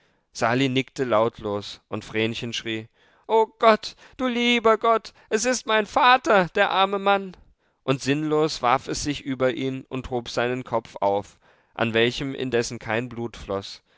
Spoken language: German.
sali nickte lautlos und vrenchen schrie o gott du lieber gott es ist mein vater der arme mann und sinnlos warf es sich über ihn und hob seinen kopf auf an welchem indessen kein blut floß